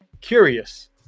Curious